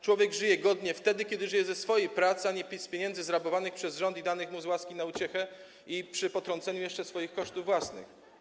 Człowiek żyje godnie wtedy, kiedy żyje ze swojej pracy, a nie z pieniędzy zrabowanych przez rząd i danych mu z łaski na uciechę i przy potrąceniu jeszcze swoich kosztów własnych.